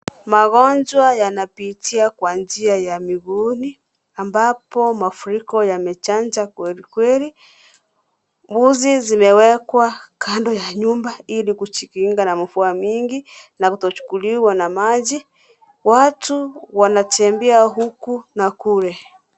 Magonjwa yanapitia kwa njia ya miguuni, ambapo mafuriko yamechacha kweli kweli, uzio zimewekwa kando ya nyumba ili kujikinga na mvua mingi na kujikinga na maji. Watu wanatembea huku na kule.